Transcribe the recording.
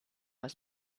was